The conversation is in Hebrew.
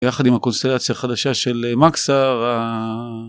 יחד עם הקונסרציה החדשה של מקסר.